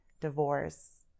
divorce